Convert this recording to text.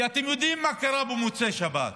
כי אתם יודעים מה קרה במוצאי שבת.